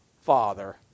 father